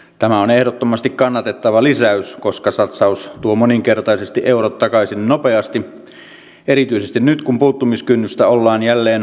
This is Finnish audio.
tämä on ehdottomasti kannatettava lisäys koska satsaus tuo moninkertaisesti eurot takaisin nopeasti erityisesti nyt kun puuttumiskynnystä ollaan jälleen alentamassa